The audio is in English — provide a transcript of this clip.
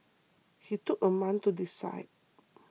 he took a month to decide